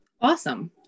Awesome